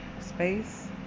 space